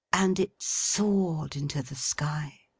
and it soared into the sky.